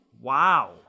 Wow